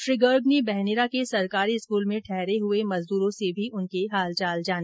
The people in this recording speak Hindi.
श्री गर्ग ने बहनेरा के सरकारी स्कूल में ठहरे हुए मजदूरों से भी उनके हालचाल जाने